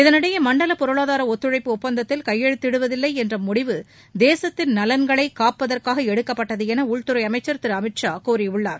இதனிடையே மண்டல பொருளாதார ஒத்துழைப்பு ஒப்பந்தத்தில் கையெழுத்திடுவதில்லை என்ற முடிவு தேசத்தின் நலன்களை காப்பதற்காக எடுக்கப்பட்டது என உள்துறை அமைச்சர் திரு அமித் ஷா கூறியுள்ளார்